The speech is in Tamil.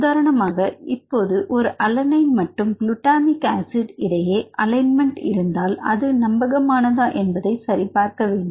உதாரணமாக இப்போது ஒரு அலனைன் மற்றும் குலுட்டாமிக்ஆசிட் இடையே அலைன்மெண்ட் இருந்தால் அது நம்பகமானதா என்பதை சரி பார்க்க வேண்டும்